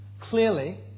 clearly